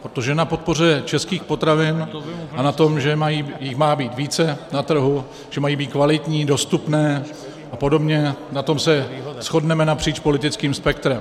Protože na podpoře českých potravin a na tom, že jich má být více na trhu, že mají být kvalitní, dostupné apod., na tom se shodneme napříč politickým spektrem.